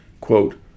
Quote